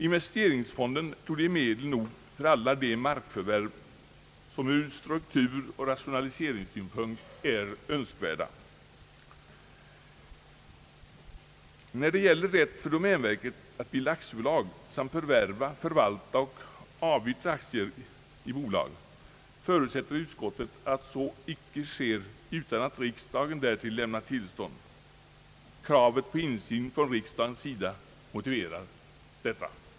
Investeringsfonden torde ge medel nog till alla de markförvärv som ur strukturoch rationaliseringssynpunkt är önskvärda. När det gäller rätt för domänverket att bilda aktiebolag samt förvärva, förvalta och avyttra aktier i bolag förutsätter utskottet att sådant icke sker utan att riksdagen därtill lämnat tillstånd. Kravet på insyn från riksdagens sida motiverar detta.